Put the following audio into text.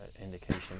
indication